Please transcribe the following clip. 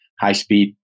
high-speed